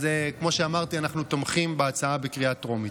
אז כמו שאמרתי, אנחנו תומכים בהצעה בקריאה טרומית.